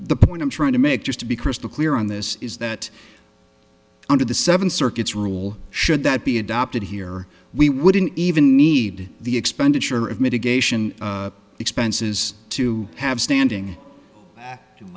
the point i'm trying to make just to be crystal clear on this is that under the seven circuits rule should that be adopted here we wouldn't even need the expenditure of mitigation expenses to have standing